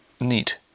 Neat